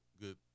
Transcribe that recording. good